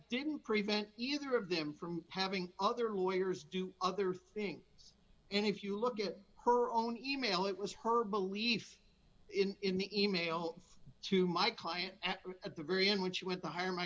didn't prevent either of them from having other lawyers do other things and if you look at her own e mail it was her belief in the e mail to my client at the very end when she went to her my